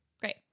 Great